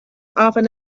often